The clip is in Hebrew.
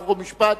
חוק ומשפט,